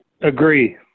Agree